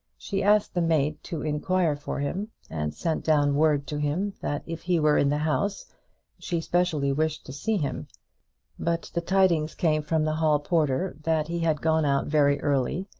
she asked the maid to inquire for him, and sent down word to him that if he were in the house she specially wished to see him but the tidings came from the hall porter that he had gone out very early,